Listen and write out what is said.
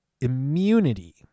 immunity